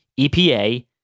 EPA